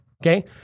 okay